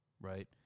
Right